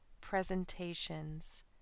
presentations